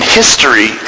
history